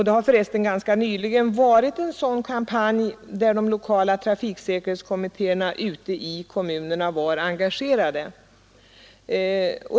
Det har förresten ganska nyligen varit en sådan kampanj, där de lokala trafiksäkerhetskommittérna ute i kommunerna var engagerade.